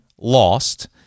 Lost